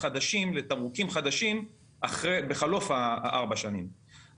חדשים לתמרוקים חדשים בחלוף ארבע השנים,